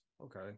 Okay